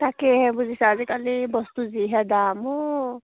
তাকেহে বুজিছা আজিকালি বস্তু যিহে দাম অ'